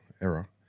era